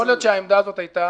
יכול להיות שהעמדה שלכם מראש היתה